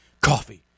coffee